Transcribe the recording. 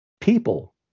people